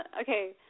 Okay